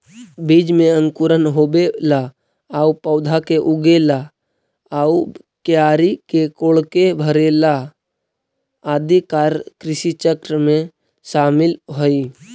बीज में अंकुर होवेला आउ पौधा के उगेला आउ क्यारी के कोड़के भरेला आदि कार्य कृषिचक्र में शामिल हइ